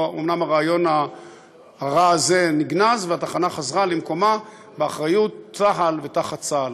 אומנם הרעיון הרע הזה נגנז והתחנה חזרה למקומה באחריות צה"ל ותחת צה"ל,